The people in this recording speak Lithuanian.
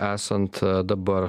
esant dabar